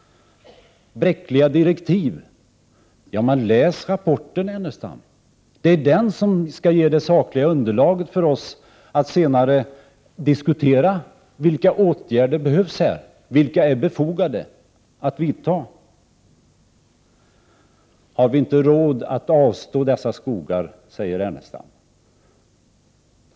Ernestam talade om bräckliga direktiv. Läs rapporten, Ernestam! Det är den som senare skall ge oss det sakliga underlaget för att diskutera vilka åtgärder som här behövs och vilka som är befogade att vidta. Har vi inte råd att avstå från dessa skogar, frågade Ernestam.